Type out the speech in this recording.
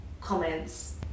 comments